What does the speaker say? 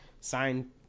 signed